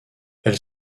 elle